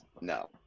No